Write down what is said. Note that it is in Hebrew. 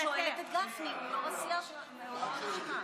גפני אמר לי לוותר, אני מוותר.